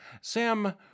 Sam